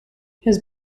his